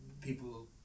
people